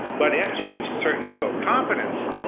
but after you reach a certain level of competence,